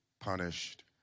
punished